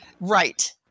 Right